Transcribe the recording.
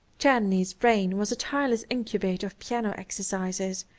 czerny's brain was a tireless incubator of piano exercises,